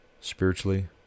spiritually